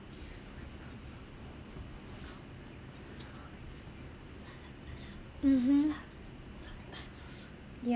mmhmm ya